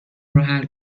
روحل